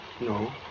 No